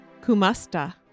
Kumasta